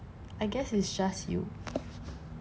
I guess it's just you